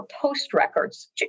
post-records